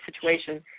situation